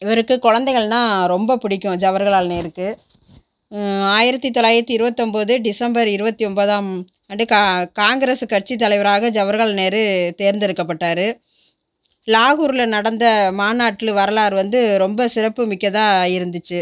இவருக்கு குழந்தைகள்னா ரொம்ப பிடிக்கும் ஜவர்ஹலால் நேருக்கு ஆயிரத்தி தொள்ளாயிரத்தி இருவத்தி ஓம்போது டிசம்பர் இருபத்தி ஒன்பதாம் ஆண்டு கா காங்கிரஸ் கட்சி தலைவராக ஜவர்ஹலால் நேரு தேர்ந்தெடுக்கப்பட்டார் லாகூரில் நடந்த மாநாட்டு வரலாறு வந்து ரொம்ப சிறப்பு மிக்கதாக இருந்துச்சு